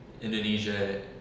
indonesia